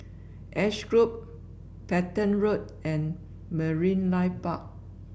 Ash Grove Petain Road and Marine Life Park